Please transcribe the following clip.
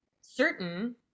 certain